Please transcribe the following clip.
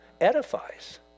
edifies